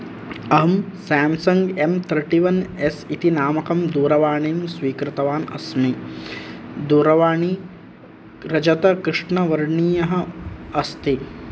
अहं Samsung M thirty one S इति नामकं दूरवाणिं स्वीकृतवान् अस्मि दूरवाणी रजतकृष्णवर्णीयः अस्ति